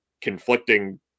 conflicting